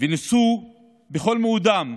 וניסו בכל מאודם